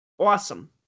Awesome